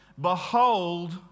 behold